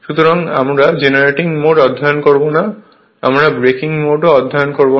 সুতরাং আমরা generating mode অধ্যয়ন করব না আমরা ব্রেকিং মোডও অধ্যয়ন করব না